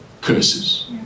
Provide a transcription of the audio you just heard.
curses